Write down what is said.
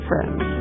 Friends